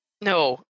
No